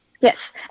Yes